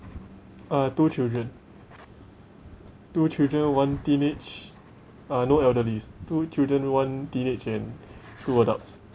uh two children two children one teenage uh no elderlies two children one teenage and two adults